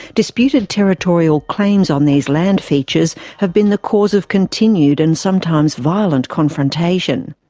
disputed territorial claims on these land features have been the cause of continued and sometimes violent confrontation.